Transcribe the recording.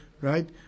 right